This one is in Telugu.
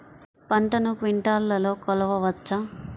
పంటను క్వింటాల్లలో కొలవచ్చా?